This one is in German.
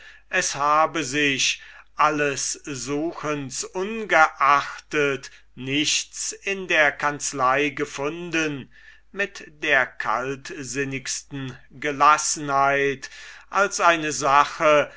es habe sich alles suchens ungeachtet nichts in der kanzlei gefunden mit der kaltsinnigsten gelassenheit als eine sache